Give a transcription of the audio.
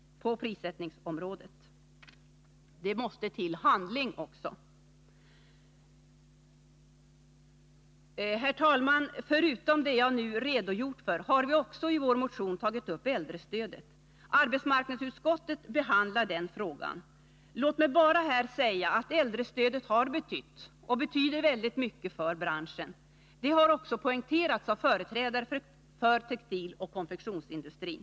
Det måste också till handling. Herr talman! Förutom det jag nu redogjort för har vi i vår motion också tagit upp äldrestödet. Arbetsmarknadsutskottet behandlar den frågan, men låt mig bara säga att äldrestödet har betytt och betyder väldigt mycket för branschen. Detta har också poängterats av företrädare för textiloch konfektionsindustrin.